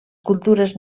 cultures